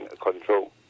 control